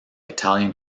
italian